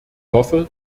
hoffe